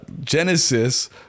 Genesis